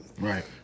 Right